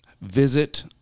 visit